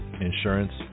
insurance